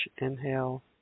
inhale